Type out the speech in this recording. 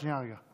שנייה, רגע.